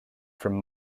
from